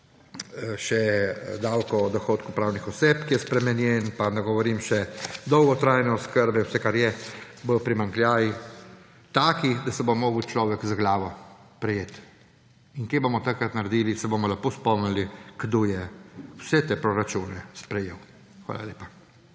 še davek od dohodkov pravnih oseb, ki je spremenjen, pa da ne govorim še o dolgotrajni oskrbi; vse, kar je, bojo primanjkljaji taki, da se bo moral človek za glavo prijeti. In kaj bomo takrat naredili? Se bomo lepo spomnili, kdo je vse te proračune sprejel. Hvala lepa.